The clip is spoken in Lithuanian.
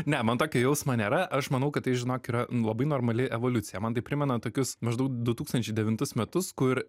ne man tokio jausmo nėra aš manau kad tai žinok yra labai normali evoliucija man tai primena tokius maždaug du tūkstančiai devintus metus kur